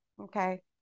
Okay